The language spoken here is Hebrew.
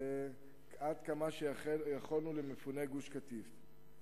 עד כמה שיכולנו, למפוני גוש-קטיף.